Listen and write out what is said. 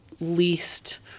least